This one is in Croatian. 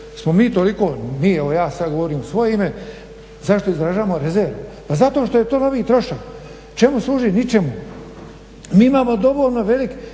mi evo ja sad govorim u svoje ime, zašto izražavamo rezervu? Pa zato što je to novi trošak. Čemu služi? Ničemu. Mi imamo dovoljno velik